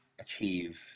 achieve